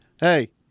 Hey